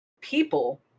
people